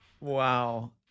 Wow